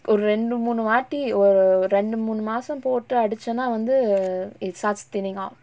ஒரு ரெண்டு மூனு வாட்டி ஒரு ரெண்டு மூனு மாசோ போட்டு அடிச்சனா வந்து:oru rendu moonu vaati oru rendu moonu maaso pottu adichana vanthu it starts thinning out